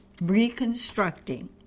Reconstructing